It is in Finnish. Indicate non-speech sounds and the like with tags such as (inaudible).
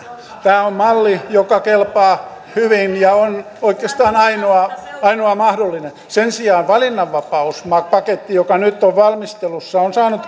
tämä on malli joka kelpaa hyvin ja on oikeastaan ainoa ainoa mahdollinen sen sijaan valinnanvapauspaketti joka nyt on valmistelussa on saanut (unintelligible)